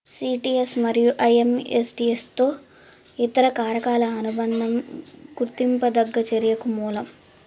CTS మరియు ఐఎమ్ఎస్టిఎస్తో ఇతర కారకాల అనుబంధం గుర్తింపదగ్గ చర్యకు మూలం